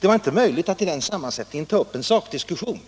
Det var inte möjligt att i en regering med den sammansättningen ta upp en sakdiskussion.